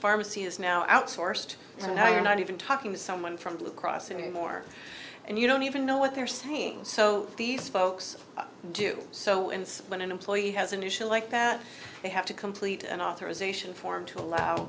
pharmacy has now outsourced you know you're not even talking to someone from blue cross anymore and you don't even know what they're saying so these folks do so when an employee has an issue like that they have to complete an authorization form to allow